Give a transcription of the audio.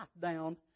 down